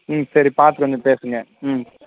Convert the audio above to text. ம் சரி பார்த்து கொஞ்சம் பேசுங்க ம்